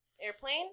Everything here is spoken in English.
airplane